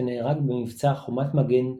שנהרג במבצע חומת מגן בג'נין.